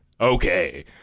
Okay